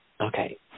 Okay